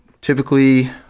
typically